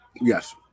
Yes